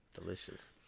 Delicious